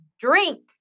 drink